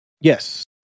Yes